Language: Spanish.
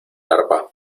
arpa